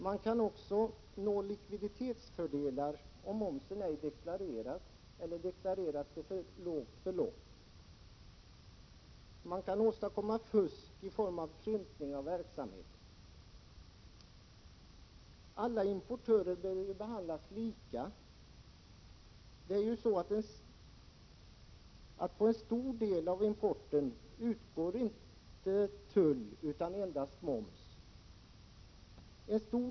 Mankan — Amnmllnocsfmino också uppnå likviditetsfördelar om momsen ej deklareras eller deklareras för ett för lågt belopp. Det går vidare att fuska genom att krympa verksamheten. Alla importörer vill behandlas lika. På en stor del av importen utgår inte tull utan endast moms.